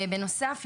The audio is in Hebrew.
בנוסף,